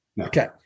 Okay